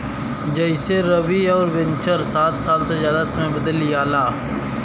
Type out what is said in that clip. जइसेरवि अउर वेन्चर सात साल से जादा समय बदे लिआला